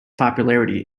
popularity